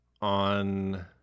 on